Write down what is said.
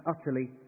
utterly